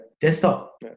Desktop